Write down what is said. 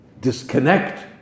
disconnect